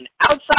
Outside